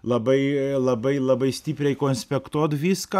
labai labai labai stipriai konspektuot viską